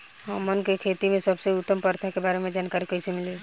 हमन के खेती में सबसे उत्तम प्रथा के बारे में जानकारी कैसे मिली?